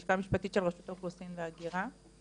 מהלשכה המשפטית של רשות האוכלוסין וההגירה.